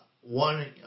one